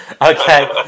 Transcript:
okay